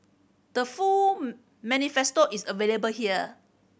the full manifesto is available here